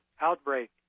outbreak